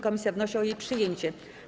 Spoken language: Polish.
Komisja wnosi o jej przyjęcie.